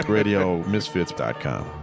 RadioMisfits.com